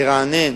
לרענן